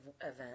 event